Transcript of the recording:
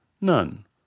None